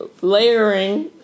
layering